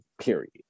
period